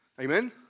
Amen